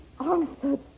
answered